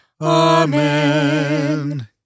Amen